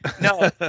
No